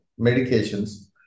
medications